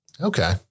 Okay